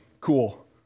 cool